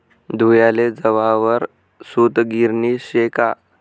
धुयाले जवाहर सूतगिरणी शे का